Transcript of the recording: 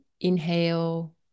inhale